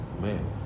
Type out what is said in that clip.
Man